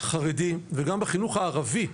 החרדי וגם בחינוך הערבי,